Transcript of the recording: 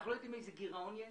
אנחנו לא יודעים איזה גירעון יש,